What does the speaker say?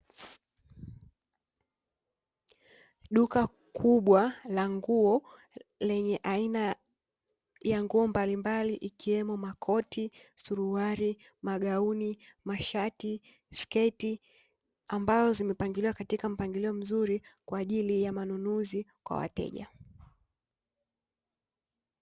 Duka kubwa la nguo lenye aina ya nguo mbalimbali ikiwemo makoti, suruali, magauni, mashati, sketi, ambazo zimepangiliwa katika mpangilio mzuri kwa manunuzi kwa wateja.